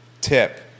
tip